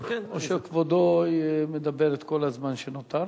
או שכבודו מדבר את כל הזמן שנותר?